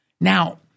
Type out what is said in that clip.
Now